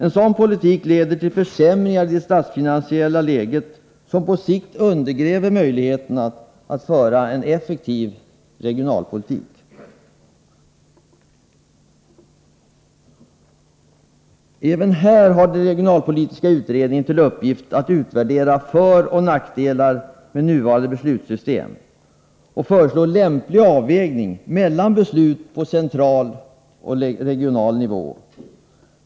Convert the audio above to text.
En sådan politik leder till försämringar i det statsfinansiella läget, vilket på sikt undergräver möjligheterna att föra en effektiv regionalpolitik. Även här har den regionalpolitiskä utredningen till uppgift att utvärdera föroch nackdelar med nuvarande beslutssystem och föreslå lämplig avvägning mellan beslut på central och regional nivå.